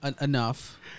enough